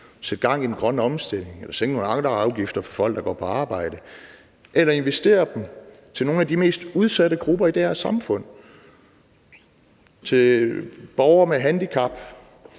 sætte gang i den grønne omstilling eller sænke nogle andre afgifter for folk, der går på arbejde. Eller man kunne investere dem til gavn for nogle af de mest udsatte grupper i det her samfund – borgere med handicap,